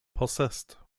possessed